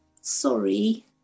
Sorry